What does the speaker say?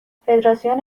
فدراسیون